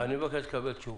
אני מבקש לקבל תשובות.